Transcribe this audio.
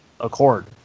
accord